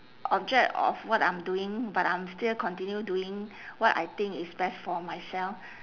object of what I'm doing but I'm still continue doing what I think is best for myself